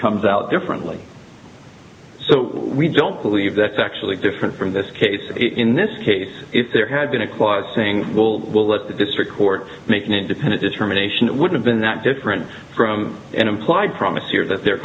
comes out differently so we don't believe that's actually different from this case in this case if there had been a clause saying we'll we'll let the district court make an independent determination that would have been that different from an implied promise here that they're